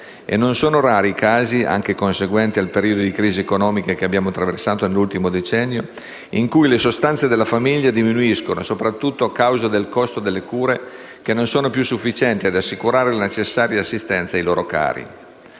non sono rari i casi, anche conseguenti al periodo di crisi economica che abbiamo attraversato nell'ultimo decennio, in cui le sostanze economiche della famiglia diminuiscono, soprattutto a causa del costo delle cure e non sono più sufficienti ad assicurare la necessaria assistenza ai loro cari.